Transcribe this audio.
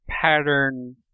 pattern